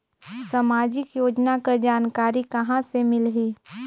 समाजिक योजना कर जानकारी कहाँ से मिलही?